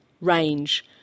range